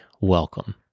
Welcome